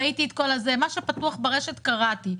מה שפתוח ברשת, קראתי.